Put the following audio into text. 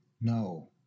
No